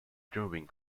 brewing